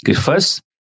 First